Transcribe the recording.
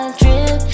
drip